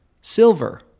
silver